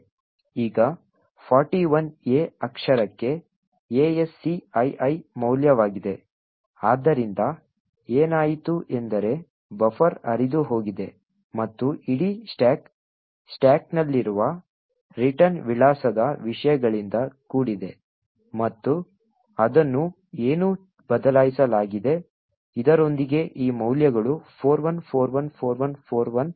ಈಗ 41 A ಅಕ್ಷರಕ್ಕೆ ASCII ಮೌಲ್ಯವಾಗಿದೆ ಆದ್ದರಿಂದ ಏನಾಯಿತು ಎಂದರೆ ಬಫರ್ ಹರಿದುಹೋಗಿದೆ ಮತ್ತು ಇಡೀ ಸ್ಟಾಕ್ ಸ್ಟ್ಯಾಕ್ನಲ್ಲಿರುವ ರಿಟರ್ನ್ ವಿಳಾಸದ ವಿಷಯಗಳಿಂದ ಕೂಡಿದೆ ಮತ್ತು ಅದನ್ನು ಏನು ಬದಲಾಯಿಸಲಾಗಿದೆ ಇದರೊಂದಿಗೆ ಈ ಮೌಲ್ಯಗಳು 41414141 ಆಗಿದೆ